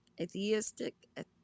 Atheistic